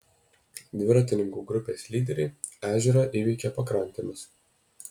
dviratininkų grupės lyderiai ežerą įveikė pakrantėmis